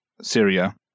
Syria